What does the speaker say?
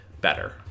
better